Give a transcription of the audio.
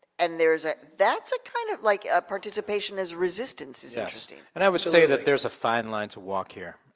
and there's a, that's a kind of, like a participation is resistance is interesting. and i would say that there's a fine line to walk here.